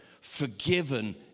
forgiven